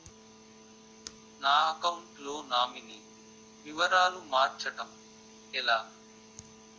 నా అకౌంట్ లో నామినీ వివరాలు మార్చటం ఎలా?